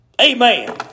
Amen